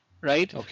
right